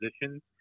positions